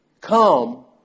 come